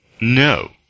no